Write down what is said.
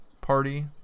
party